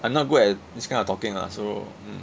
I'm not good at this kind of talking lah so